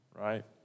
right